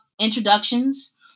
introductions